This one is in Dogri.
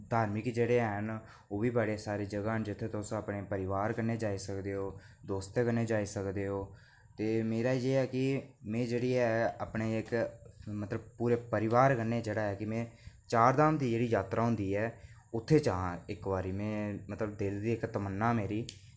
धार्मिक जेह्ड़े हैन ओह्बी बड़े सारे जगहां न जित्थें तुस अपने परिवार कन्नै जाई सकदे ओ दोस्तें कन्नै जाई सकदे ओ ते मेरा एह् ऐ की मेरी जेह्ड़ी ऐ इक्क मेरा परिवार कन्नै मेरा जेह्ड़ा ऐ की में चार धाम दी जेह्ड़ी जात्तरा होंदी ऐ उत्थें जाना इक्क बारी में ते दिल दी इक्क तमन्ना मेरी